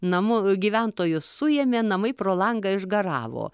namų gyventojus suėmė namai pro langą išgaravo